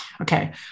Okay